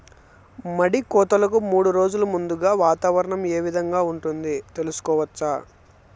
మడి కోతలకు మూడు రోజులు ముందుగా వాతావరణం ఏ విధంగా ఉంటుంది, తెలుసుకోవచ్చా?